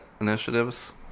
initiatives